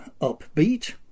upbeat